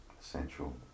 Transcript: essential